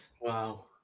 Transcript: Wow